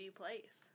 place